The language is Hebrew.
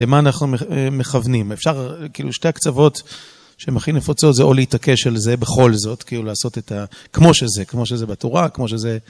למה אנחנו מכוונים, אפשר כאילו שתי הקצוות שהן הכי נפוצות זה או להתעקש על זה בכל זאת, כאילו לעשות את ה... כמו שזה, כמו שזה בתורה, כמו שזה...